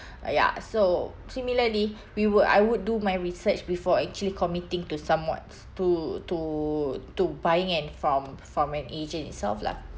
uh ya so similarly we would I would do my research before actually committing to someone to to to buying and from from an agent itself lah